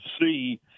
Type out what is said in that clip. see